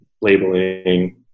labeling